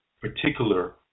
particular